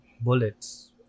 bullets